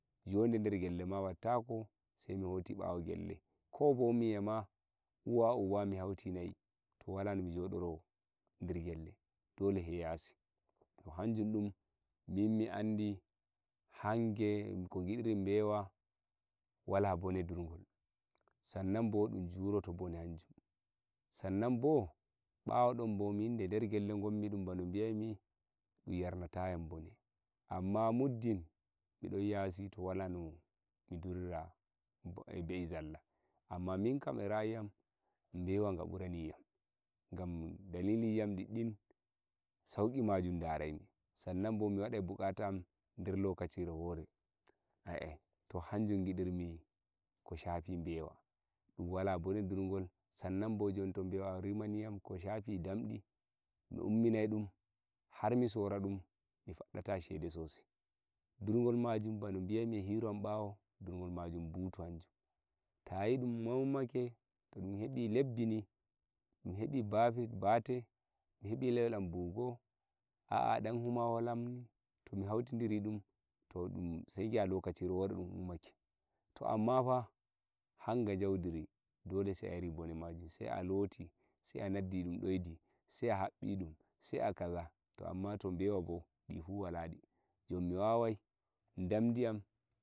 jode nder gelle ma wattako dole sai mi hoti bawo gelle ko bo mi yi'a ma uwa uba mi hauti na'i to wala no mi jodoro nder gelle dole sai yasi hanjum min mi adandi hage ko gidirmi bewa hanga wala bone ndurgol san nan bo dum juroto bone hanjum san nan bo bewa don bo bin deden gelle ba dum bi'ai mi yarnata yam bone amma muddin mi don yasi wala no mi ndurira be'i zalla amma min kam e ra'ayi am newa nga burani yam gam daliliji am diddin sauki majum ndarai mi san nan bo mi wadaj bukata am e lokacire wore to hanjum mgidir mi ko shafi bewa wala bone ndurgol san nan bo newa rimani yam ko shafi damdi mi umminai dum har mi sora dum mi faddata shede sosai ndurgol maji bano bi"ai mi e hiro am ndurgol maji butu ta yi'i dum ummake do dun hebi lebbi ni mi hebi bale mi hebi leyol am buhu go'o dum humawo am to mi hauti ndiri dum sai gi'a lokacire wore dum ummake to amma fa njaudiri hanga dole sai a yari bone maji sai a loti sai a nassi dum doidi sai a habbi dum sai a kaza amma to bewa bo difu wala di jon mi wawai damdi am